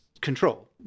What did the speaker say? control